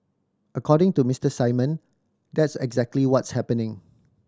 according to Mister Simon that's exactly what's happening